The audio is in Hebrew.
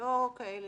דברים כאלה